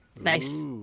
Nice